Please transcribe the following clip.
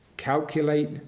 Calculate